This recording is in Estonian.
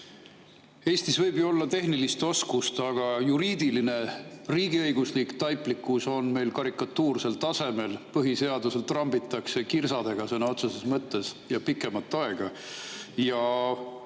Eestis võib ju olla tehnilist oskust, aga juriidiline riigiõiguslik taiplikkus on meil karikatuursel tasemel – põhiseadusel trambitakse kirsadega sõna otseses mõttes, ja pikemat aega.